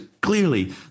clearly